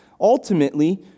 ultimately